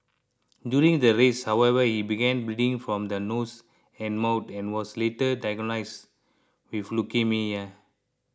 during the race however he began bleeding from the nose and mouth and was later diagnosed with leukaemia